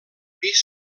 pis